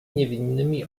niewinnymi